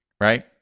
right